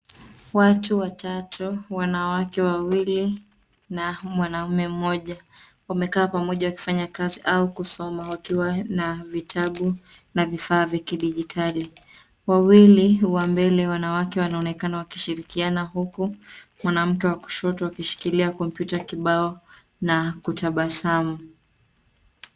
Watu watatu wanawake wawili na mwanaume mmoja wamekaa pamoja wakifanya kazi au kusoma wakiwa na vitabu na vifaa vya kidijitali. Wawili wa mbele wanawake wanaonekana wakishirikiana huku mwanamke wa kushoto akishikilia kompyuta ya kibao na kutabasamu.